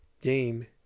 game